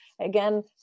again